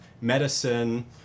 medicine